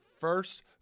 first